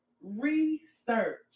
research